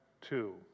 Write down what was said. two